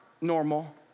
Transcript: normal